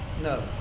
No